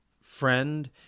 friend